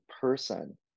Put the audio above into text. person